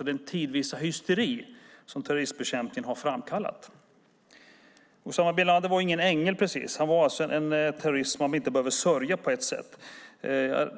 den tidvisa hysteri som terroristbekämpningen har framkallat. Usama bin Ladin var ingen ängel. Han var en terrorist som vi inte behöver sörja.